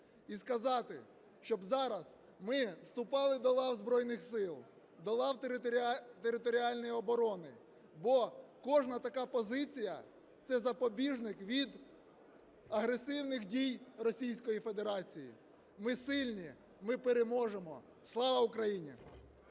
і сказати, щоб зараз ми вступали до лав Збройних Сил, до лав територіальної оборони, бо кожна така позиція – це запобіжник від агресивних дій Російської Федерації. Ми сильні, ми переможемо! Слава Україні!